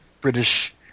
British